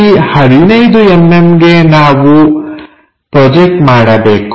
ಇಲ್ಲಿ 15mm ಗೆ ನಾವು ಪ್ರೊಜೆಕ್ಟ್ ಮಾಡಬೇಕು